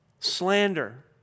Slander